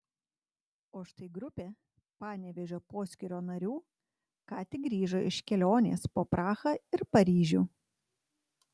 o štai grupė panevėžio poskyrio narių ką tik grįžo iš kelionės po prahą ir paryžių